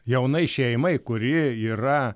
jaunai šeimai kuri yra